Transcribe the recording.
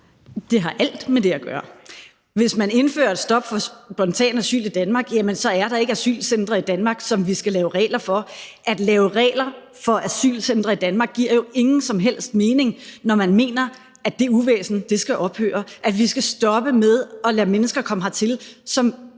Det har alt med det at gøre. Hvis man indfører et stop for spontan asyl i Danmark, jamen så er der ikke asylcentre i Danmark, som vi skal lave regler for. At lave regler for asylcentre i Danmark, giver jo ingen som helst mening, når man mener, at det uvæsen skal ophøre, altså at vi skal stoppe med at lade mennesker komme hertil, som